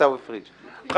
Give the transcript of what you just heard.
עיסאווי פריג', בבקשה.